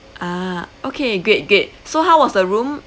ah okay great great so how was the room